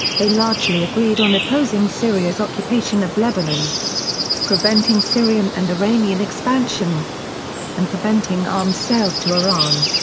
they largely agreed on opposing syria's occupation of lebanon preventing syrian and iranian expansion and preventing arms sales to iran.